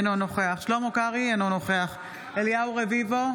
אינו נוכח שלמה קרעי, אינו נוכח אליהו רביבו,